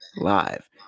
live